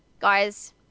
Guys